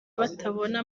batabona